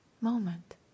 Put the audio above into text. moment